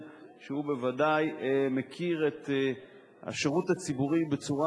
שבוודאי מכיר את השירות הציבורי בצורה